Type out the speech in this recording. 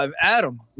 Adam